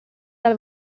dal